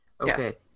Okay